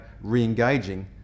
re-engaging